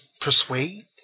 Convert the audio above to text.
persuade